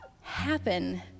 happen